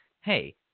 hey